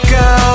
go